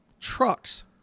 trucks